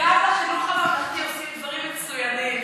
גם בחינוך הממלכתי עושים דברים מצוינים.